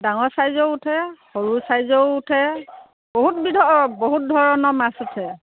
ডাঙৰ চাইজৰো উঠে সৰু চাইজৰো উঠে বহুত বিধৰ বহুত ধৰণৰ মাছ উঠে